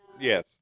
Yes